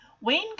Wayne